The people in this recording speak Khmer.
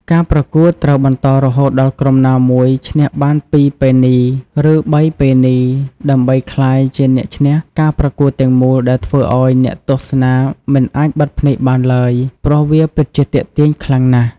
ការប្រកួតត្រូវបន្តរហូតដល់ក្រុមណាមួយឈ្នះបានពីរប៉េនី ឬ៣ប៉េនីដើម្បីក្លាយជាអ្នកឈ្នះការប្រកួតទាំងមូលដែលធ្វើឲ្យអ្នកទស្សនាមិនអាចបិទភ្នែកបានឡើយព្រោះវាពិតជាទាក់ទាញខ្លាំងណាស់។